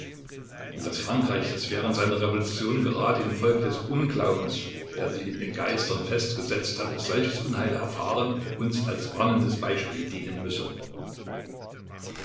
und daß frankreich das während seiner revolution gerade infolge des unglaubens der sich in den geistern festgesetzt hatte solches unheil erfahren uns als warnendes beispiel dienen müsse